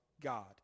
God